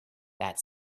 that